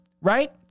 right